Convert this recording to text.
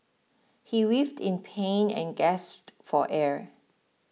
he writhed in pain and gasped for air